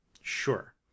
Sure